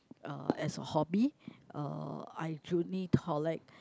uh as a hobby uh I only collect